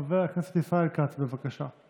חבר הכנסת ישראל כץ, בבקשה.